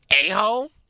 a-hole